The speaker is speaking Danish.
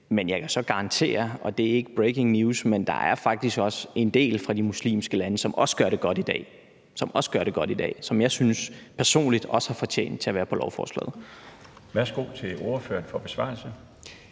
Men jeg kan så garantere – og det er ikke breaking news – at der faktisk også er en del fra de muslimske lande, som også gør det godt i dag, og som jeg personligt synes har gjort sig fortjent til at være på lovforslaget. Kl. 12:33 Den fg. formand